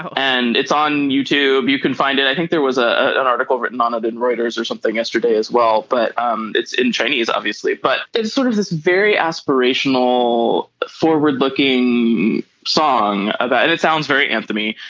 and it's on youtube you can find it. i think there was ah an article written on it in reuters or something yesterday as well but um it's in chinese obviously but it's sort of this very aspirational forward looking song and ah it it sounds very anti me.